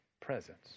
presence